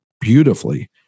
beautifully